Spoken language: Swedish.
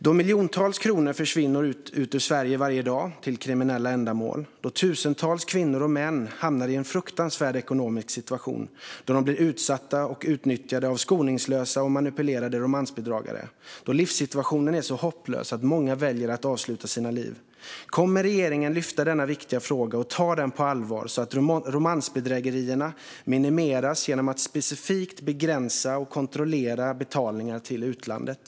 Då miljontals kronor försvinner ut ur Sverige varje dag till kriminella ändamål, då tusentals kvinnor och män hamnar i en fruktansvärd ekonomisk situation, då de blir utsatta och utnyttjade av skoningslösa och manipulerande romansbedragare, då livssituationen blir så hopplös att många väljer att avsluta sina liv, kommer regeringen att lyfta upp denna viktiga fråga och ta den på allvar så att romansbedrägerierna minimeras genom att specifikt begränsa och kontrollera betalningar till utlandet?